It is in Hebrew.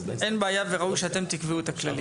אין בעיה וראוי שאתם תקבעו את הכללים,